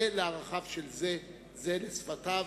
זה לערכיו של זה, זה לשפתו